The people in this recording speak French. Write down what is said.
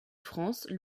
france